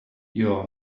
your